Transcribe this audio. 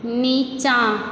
नीचाँ